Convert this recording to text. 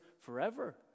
forever